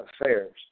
affairs